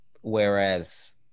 whereas